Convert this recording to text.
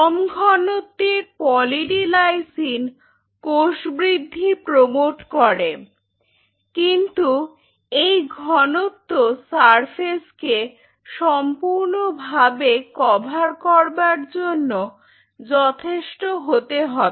কম ঘনত্বের poly D lysine কোষ বৃদ্ধি প্রমোট করে কিন্তু এই ঘনত্ব সারফেস কে সম্পূর্ণভাবে কভার করবার জন্য যথেষ্ট হতে হবে